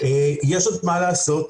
יש עוד מה לעשות,